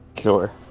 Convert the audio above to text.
Sure